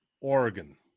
Oregon